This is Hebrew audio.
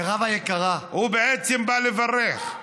מירב היקרה, הוא בעצם בא לברך.